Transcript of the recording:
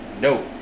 no